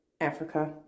Africa